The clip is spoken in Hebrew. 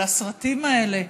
על הסרטים האלה,